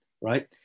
Right